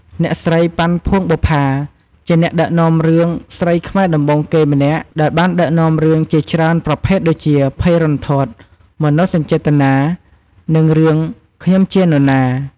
អ្នកស្រី ប៉ាន់ ភួងបុប្ផា ជាអ្នកដឹកនាំរឿងស្រីខ្មែរដំបូងគេម្នាក់ ដែលបានដឹកនាំរឿងជាច្រើនប្រភេទដូចជា ភ័យរន្ធត់ មនោសញ្ចេតនា និងរឿង "ខ្ញុំជានណា?"។